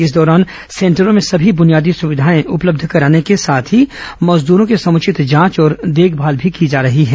इस दौरान सेंटरों में सभी बुनियादी सुविधाएं उपलब्ध कराने के साथ ही मजदूरों की समृचित जांच और देखभाल की जा रही है